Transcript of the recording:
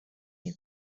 you